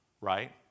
right